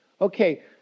Okay